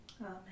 Amen